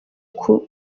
kuko